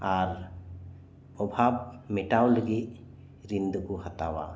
ᱟᱨ ᱚᱵᱷᱟᱵᱽ ᱢᱮᱴᱟᱣ ᱞᱟᱜᱤᱜ ᱨᱤᱱ ᱫᱚᱠᱚ ᱦᱟᱛᱟᱣᱟ